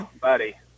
Buddy